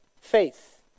faith